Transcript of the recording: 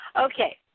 Okay